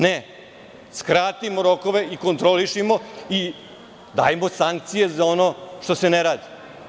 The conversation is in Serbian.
Ne, skratimo rokove i kontrolišimo i dajmo sankcije za ono što se ne radi.